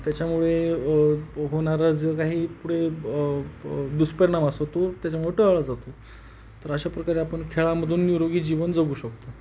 त्याच्यामुळे होणारा जो काही पुढे दुष्परिणाम असो तो त्याच्यामुळे टाळला जातो तर अशा प्रकारे आपण खेळामधून निरोगी जीवन जगू शकतो